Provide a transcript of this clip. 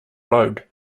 load